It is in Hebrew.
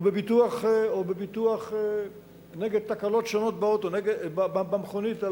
או בביטוח נגד תקלות שונות במכונית,